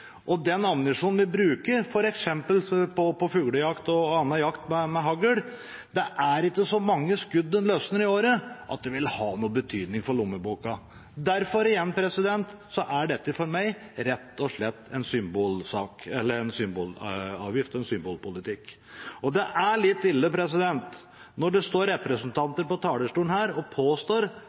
på f.eks. fuglejakt og annen jakt med hagl: Det er ikke så mange skudd en løsner i året at det vil ha noen betydning for lommeboka. Derfor er dette for meg rett og slett en symbolavgift og en symbolpolitikk. Og det er litt ille når det står representanter på talerstolen her og påstår